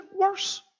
worse